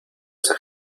esa